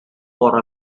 for